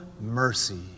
mercy